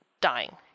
dying